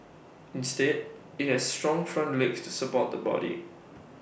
instead IT has strong front legs to support the body